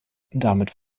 damit